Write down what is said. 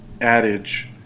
adage